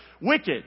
Wicked